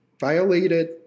violated